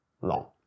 long